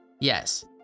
Yes